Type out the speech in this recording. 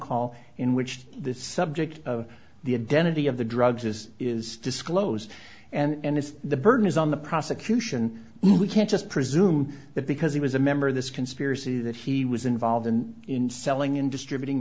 call in which this subject of the identity of the drugs is is disclosed and is the burden is on the prosecution we can't just presume that because he was a member of this conspiracy that he was involved in selling and distributing